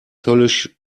höllisch